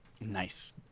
Nice